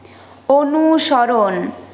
অনুসরণ